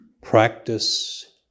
Practice